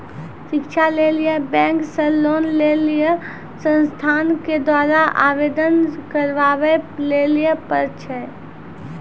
शिक्षा लेली बैंक से लोन लेली उ संस्थान के द्वारा आवेदन करबाबै लेली पर छै?